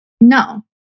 No